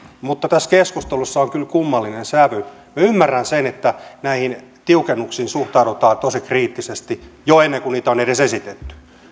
mutta tässä keskustelussa on kyllä kummallinen sävy minä ymmärrän sen että näihin tiukennuksiin suhtaudutaan tosi kriittisesti jo ennen kuin niitä on edes esitetty